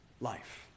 life